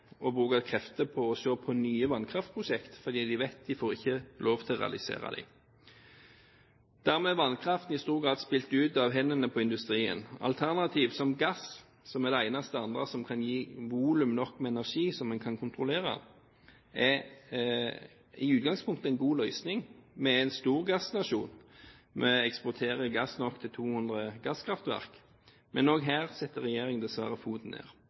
å bruke krefter på å se på nye vannkraftprosjekter, fordi de vet at de ikke får lov til å realisere dem. Dermed er vannkraft i stor grad spilt ut av hendene på industrien. Alternativ som gass, som er det eneste andre som kan gi volum nok med energi som en kan kontrollere, er i utgangspunktet en god løsning. Vi er en stor gassnasjon. Vi eksporterer gass nok til 200 gasskraftverk. Men også her setter regjeringen dessverre foten ned.